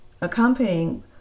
accompanying